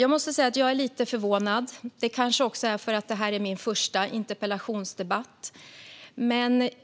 Jag måste säga att jag är lite förvånad, kanske för att detta är min första interpellationsdebatt.